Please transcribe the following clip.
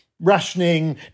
rationing